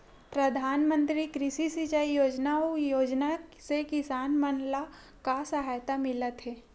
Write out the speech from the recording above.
प्रधान मंतरी कृषि सिंचाई योजना अउ योजना से किसान मन ला का सहायता मिलत हे?